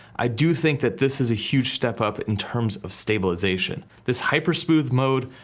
i do think that this is huge step up in terms of stabilization. this hypersmooth mode,